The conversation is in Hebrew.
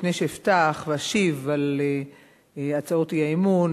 לפני שאפתח ואשיב על הצעות האי-אמון,